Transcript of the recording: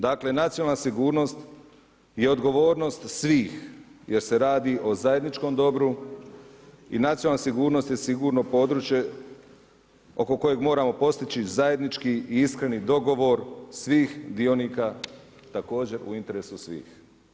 Dakle, nacionalna sigurnost je odgovornost svih jer se radi o zajedničkom dobru, i nacionalna sigurnost je sigurno područje oko kojeg moramo postići zajednički i iskreni dogovor dionika, također u interesu svih.